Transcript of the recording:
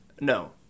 No